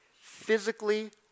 physically